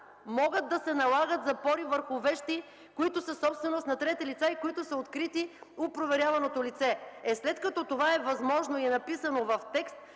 Могат да се налагат запори върху вещи, които са собственост на трети лица и които са открити у проверяваното лице. След като това е възможно и написано в текст,